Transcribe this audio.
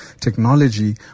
technology